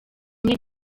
umwe